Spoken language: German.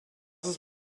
ist